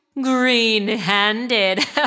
Green-handed